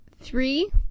three